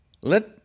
Let